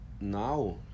now